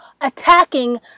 attacking